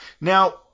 Now